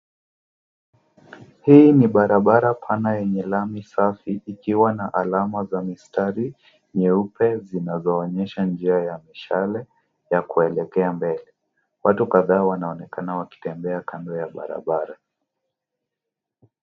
Hii ni barabara pana yenye lami safi ikiwa na alama za mistari meupe inayoonyesha mistari ya kuelekea mbele, watu kadhaa wanaonekana wakitembea kando ya barabara.